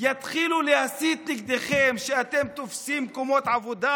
יתחילו להסית נגדכם שאתם תופסים מקומות עבודה,